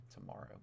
tomorrow